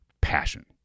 passion